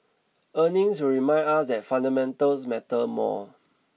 earnings will remind us that fundamentals matter more